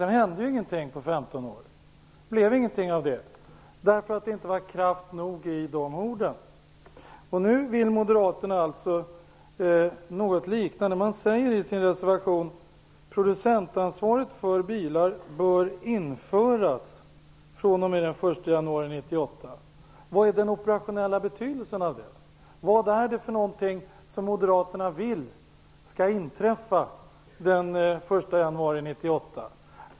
Sedan hände ingenting på 15 år. Det blev ingenting av det, därför att det inte var kraft nog i orden. Nu vill moderaterna alltså något liknande. De säger i sin reservation: Vad är den operationella betydelsen av det? Vad är det för något som moderaterna vill skall inträffa den 1 januari 1998?